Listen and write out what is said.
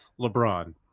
LeBron